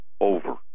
Over